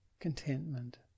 contentment